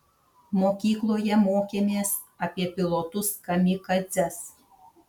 mokykloje mokėmės apie pilotus kamikadzes